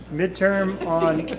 midterm on